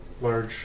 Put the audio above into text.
large